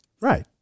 Right